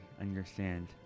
understand